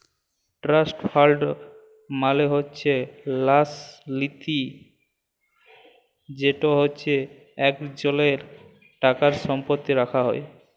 trust ফাল্ড মালে হছে ল্যাস লিতি যেট হছে ইকজলের টাকা সম্পত্তি রাখা হ্যয়